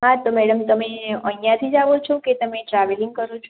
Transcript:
હા તો મેડમ તમે અહીંયાથી જ આવો છો કે તમે ટ્રાવેલિંગ કરો છો